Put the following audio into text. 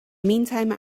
meantime